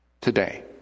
Today